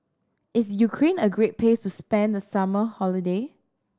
is Ukraine a great place to spend the summer holiday